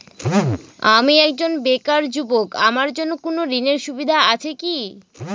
আমি একজন বেকার যুবক আমার জন্য কোন ঋণের সুবিধা আছে কি?